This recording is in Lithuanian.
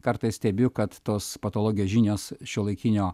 kartais stebiu kad tos patologijos žinios šiuolaikinio